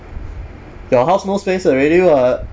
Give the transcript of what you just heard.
your house no space already [what]